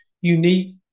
unique